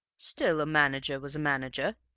still a manager was a manager,